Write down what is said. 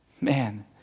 Man